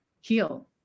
heal